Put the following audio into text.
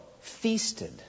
feasted